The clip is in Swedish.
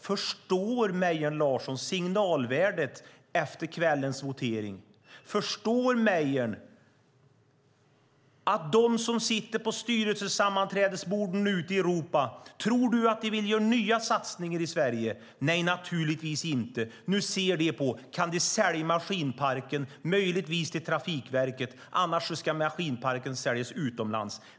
Förstår Lars Mejern Larsson signalvärdet efter kvällens votering? Tror Mejern att detta leder till att de som sitter på styrelsesammanträden i Europa vill göra nya satsningar i Sverige? Nej, naturligtvis inte! Nu tittar de på om de kan sälja maskinparken - möjligtvis kan de sälja den till Trafikverket, men annars ska den säljas utomlands.